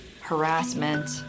harassment